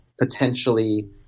potentially